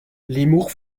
limours